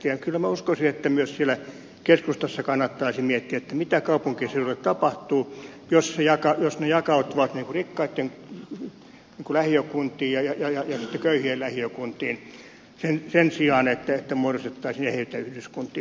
kyllä minä uskoisin että myös siellä keskustassa kannattaisi miettiä mitä kaupunkiseuduille tapahtuu jos jalka on jakanut matti kurikka e ne jakautuvat rikkaitten lähiökuntiin ja köyhien lähiökuntiin sen sijaan että muodostettaisiin eheitä yhdyskuntia